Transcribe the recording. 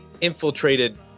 infiltrated